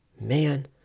man